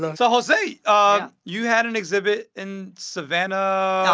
um so, jose, ah you had an exhibit in savannah.